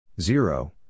zero